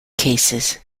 cases